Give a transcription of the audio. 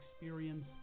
experience